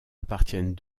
appartiennent